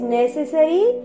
necessary